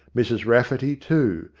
mrs rafferty, too,